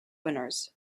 winners